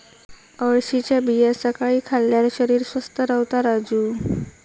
अळशीच्या बिया सकाळी खाल्ल्यार शरीर स्वस्थ रव्हता राजू